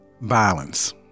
violence